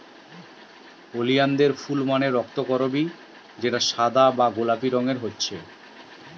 ওলিয়ানদের ফুল মানে রক্তকরবী যেটা সাদা বা গোলাপি রঙের হতিছে